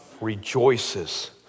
rejoices